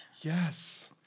Yes